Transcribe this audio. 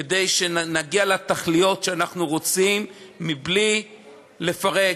כדי שנגיע לתכליות שאנחנו רוצים בלי לפרק,